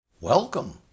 welcome